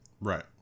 Right